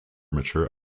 mature